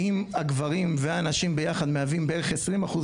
ואם הגברים והנשים ביחד מהווים בערך 20 אחוז